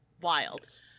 Wild